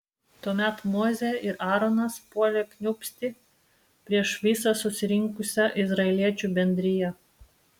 tuomet mozė ir aaronas puolė kniūbsti prieš visą susirinkusią izraeliečių bendriją